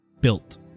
built